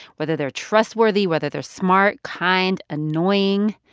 whether they're trustworthy, whether they're smart, kind, annoying,